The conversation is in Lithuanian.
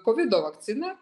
kovido vakciną